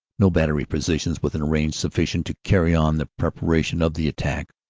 no battery positions within a range sufficient to carryon the preparation of the attack,